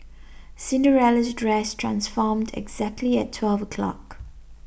Cinderella's dress transformed exactly at twelve o'clock